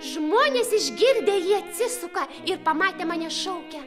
žmonės išgirdę jį atsisuka ir pamatę mane šaukia